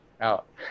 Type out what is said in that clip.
out